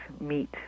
meet